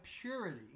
purity